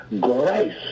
grace